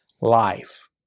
life